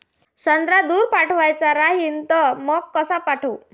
संत्रा दूर पाठवायचा राहिन तर मंग कस पाठवू?